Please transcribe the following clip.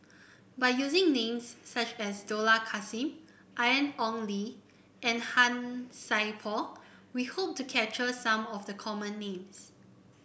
by using names such as Dollah Kassim Ian Ong Li and Han Sai Por we hope to capture some of the common names